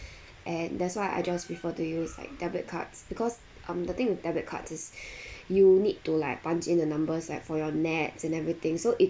and that's why I just prefer to use like debit cards because um the thing with debit cards is you need to like punch in the numbers at for your nets and everything so it's